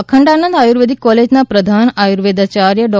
અખંડાનંદ આયુર્વેદિક કોલેજના પ્રધાન આયુર્વેદાયાર્થ ડૉ